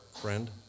friend